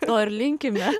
to ir linkime